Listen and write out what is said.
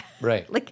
Right